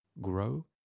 grow